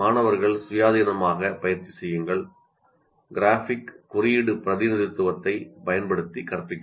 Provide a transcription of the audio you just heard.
மாணவர்கள் சுயாதீனமாக பயிற்சி செய்யுங்கள் கிராஃபிக் குறியீட்டு பிரதிநிதித்துவத்தைப் பயன்படுத்தி கற்பிக்கவும்